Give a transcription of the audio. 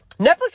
Netflix